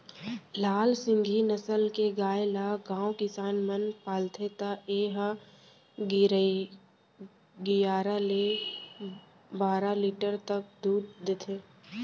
लाल सिंघी नसल के गाय ल गॉँव किसान मन पालथे त ए ह गियारा ले बारा लीटर तक दूद देथे